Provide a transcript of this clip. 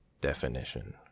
Definition